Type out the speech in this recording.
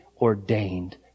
ordained